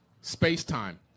space-time